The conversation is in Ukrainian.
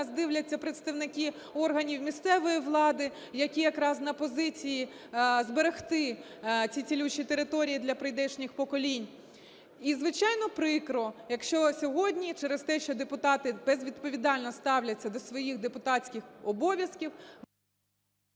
нас дивляться представники органів місцевої влади, які якраз на позиції зберегти ці цілющі території для прийдешніх поколінь. І, звичайно, прикро, якщо сьогодні через те, що депутати безвідповідально ставляться до своїх депутатських обов'язків…